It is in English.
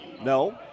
No